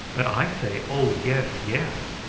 but i say, oh yes, yes.